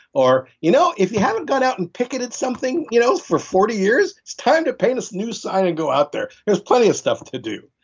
you know if you haven't gone out and picket at something you know for forty years, it's time to paint this new sign and go out there. there's plenty of stuff to do.